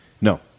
no